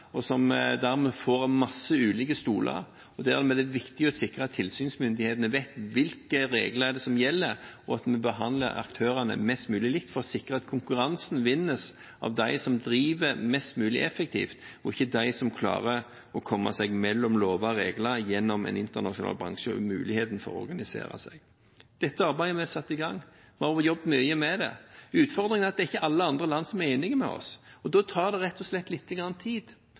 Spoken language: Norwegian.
og som dermed får mange ulike stoler. Dermed er det viktig å sikre at tilsynsmyndighetene vet hvilke regler som gjelder, og at vi behandler aktørene mest mulig likt, for å sikre at konkurransen vinnes av dem som driver mest mulig effektivt, og ikke av dem som gjennom en internasjonal bransje klarer å komme seg mellom lover og regler og muligheten til å organisere seg. Dette arbeidet har vi satt i gang. Vi har jobbet mye med det. Utfordringen er at det ikke er alle andre land som er enig med oss. Da tar det rett og slett lite grann tid.